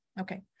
okay